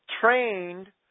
trained